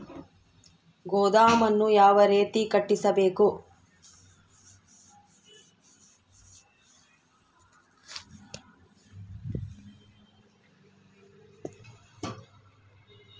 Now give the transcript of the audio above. ಗೋದಾಮನ್ನು ಯಾವ ರೇತಿ ಕಟ್ಟಿಸಬೇಕು?